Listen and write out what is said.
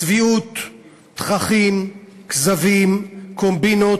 צביעות, תככים, כזבים, קומבינות,